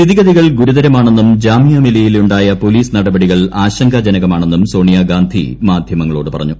സ്ഥിതിഗതികൾ ഗുരുതരമാണെന്നും ജാമിയ മിലിയയിൽ ഉണ്ടായ പൊലീസ് നടപടികൾ ആശങ്കാജനകമാണെന്നും സോണിയ ഗാന്ധി മാധ്യമങ്ങളോട് പറഞ്ഞു